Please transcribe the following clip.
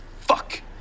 fuck